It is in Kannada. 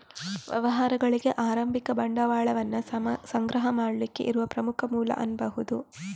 ವ್ಯವಹಾರಗಳಿಗೆ ಆರಂಭಿಕ ಬಂಡವಾಳವನ್ನ ಸಂಗ್ರಹ ಮಾಡ್ಲಿಕ್ಕೆ ಇರುವ ಪ್ರಮುಖ ಮೂಲ ಅನ್ಬಹುದು